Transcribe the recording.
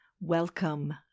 Welcome